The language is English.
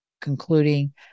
concluding